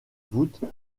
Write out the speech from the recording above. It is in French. voûtes